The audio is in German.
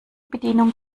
bedienung